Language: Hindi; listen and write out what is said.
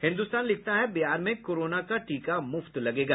हिन्द्रस्तान लिखता है बिहार में कोरोना का टीका मुफ्त लगेगा